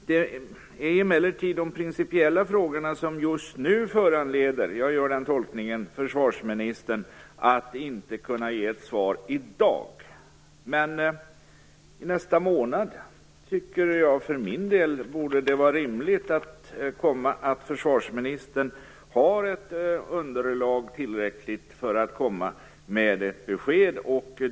Det är emellertid de principiella frågorna som nu föranleder - jag gör den tolkningen - att försvarsministern inte kan ge ett svar i dag. För min del tycker jag att det vore rimligt att försvarsministern i nästa månad har ett tillräckligt underlag för att kunna ge ett besked.